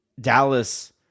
Dallas